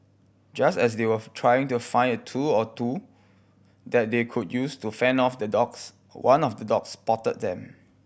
just as they were trying to find a tool or two that they could use to fend off the dogs one of the dogs spotted them